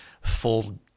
full